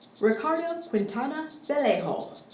ricardo quintana vallejo.